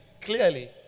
clearly